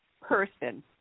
person